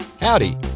howdy